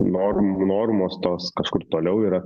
normų normos tos kažkur toliau yra